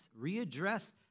readdress